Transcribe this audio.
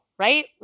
right